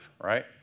right